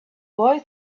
boy